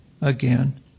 again